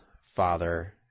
father